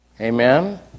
Amen